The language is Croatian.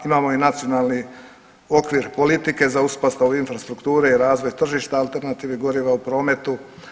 Imamo i nacionalni okvir politike za uspostavu infrastrukture i razvoj tržišta alternativnih goriva u prometu.